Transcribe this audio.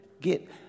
get